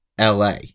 la